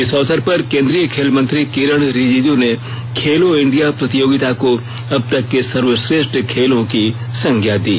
इस अवसर पर केन्द्रीय खेल मंत्री किरेन रिजिजु ने खेलों इंडिया प्रतियोगिता को अब तक के सर्वश्रेष्ठ खेलो की संज्ञा दी